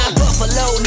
buffalo